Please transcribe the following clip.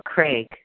Craig